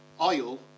oil